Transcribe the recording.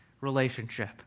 relationship